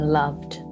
loved